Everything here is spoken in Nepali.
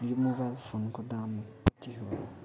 यो मोबाइल फोनको दाम कति हो